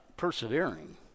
persevering